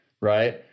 right